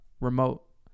remote